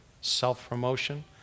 Self-promotion